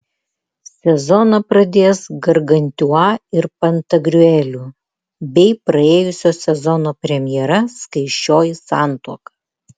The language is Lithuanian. sezoną pradės gargantiua ir pantagriueliu bei praėjusio sezono premjera skaisčioji santuoka